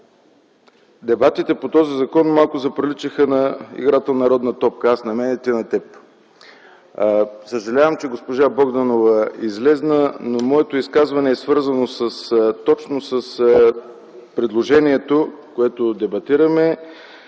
Дебатите по този закон заприличаха на играта „Народна топка” – аз на теб, ти на мен. Съжалявам, че госпожа Богданова излезе, но моето изказване е свързано с предложението, което дебатираме